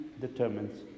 determines